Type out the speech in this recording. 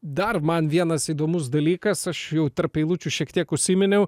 dar man vienas įdomus dalykas aš jau tarp eilučių šiek tiek užsiminiau